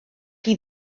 chi